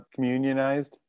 communionized